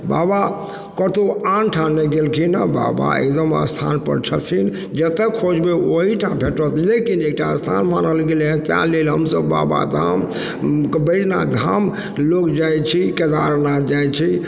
बाबा कतहु आन ठाम नहि गेलखिन हेँ बाबा एकदम स्थानपर छथिन जेतऽ खोजबय ओही ठाम भेटत लेकिन एक टा स्थान मानल गेलय हइ तैं लेल हमसभ बाबाधाम बैद्यनाथ धाम लोक जाइ छी केदारनाथ जाइ छी